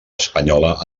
espanyola